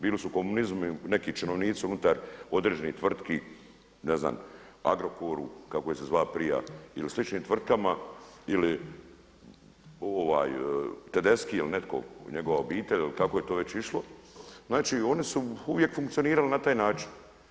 Bili su u komunizmu neki činovnici unutar određenih tvrtki ne znam Agrokoru, kako je se zvao prije ili sličnim tvrtkama ili Tedeschi ili njegova obitelj ili kako je to već išlo, znači oni su uvijek funkcionirali na taj način.